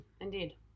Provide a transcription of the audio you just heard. Indeed